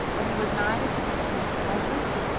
but he was neither to be seen nor heard of.